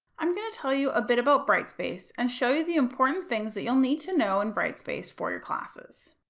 i'm going to tell you a bit about brightspace and show you the important things that you'll need to know in brightspace for your classes.